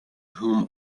whom